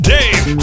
Dave